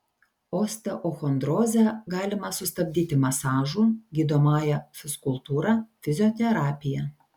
osteochondrozę galima sustabdyti masažu gydomąja fizkultūra fizioterapija